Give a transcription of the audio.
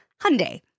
Hyundai